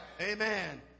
Amen